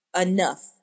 enough